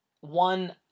one